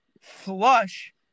flush